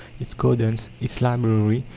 its gardens, its library,